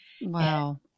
Wow